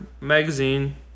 magazine